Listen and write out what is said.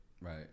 right